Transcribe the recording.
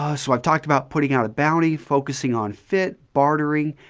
ah so i've talked about putting out a bounty, focusing on fit, bartering,